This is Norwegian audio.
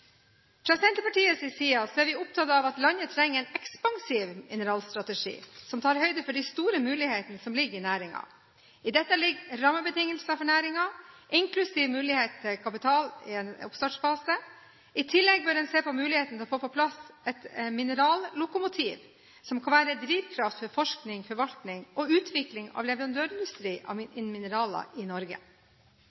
Fra Senterpartiets side er vi opptatt av at landet trenger en ekspansiv mineralstrategi, som tar høyde for de store mulighetene som ligger i denne næringen. I dette ligger rammebetingelser for næringen, inklusiv mulighet til kapital i en oppstartfase. I tillegg bør en se på muligheten til å få på plass et minerallokomotiv, som kan være drivkraft for forskning, forvaltning og utvikling av leverandørindustri